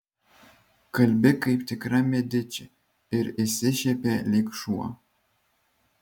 kalbi kaip tikra mediči ir išsišiepė lyg šuo